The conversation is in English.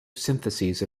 syntheses